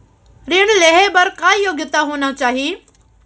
ऋण लेहे बर का योग्यता होना चाही?